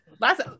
Last